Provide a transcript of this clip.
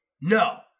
No